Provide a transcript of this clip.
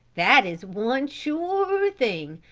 that is one sure thing.